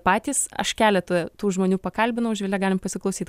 patys aš keletą tų žmonių pakalbinau živile galim pasiklausyt